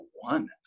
one